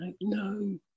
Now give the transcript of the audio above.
No